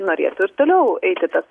norėtų ir toliau eiti tas